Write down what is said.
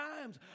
times